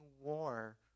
war